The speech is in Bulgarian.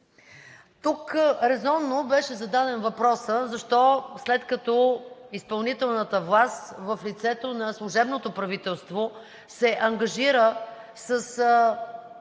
Тук резонно беше зададен въпросът защо, след като изпълнителната власт в лицето на служебното правителство се ангажира с